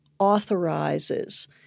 authorizes